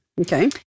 Okay